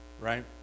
right